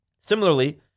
Similarly